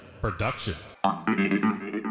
production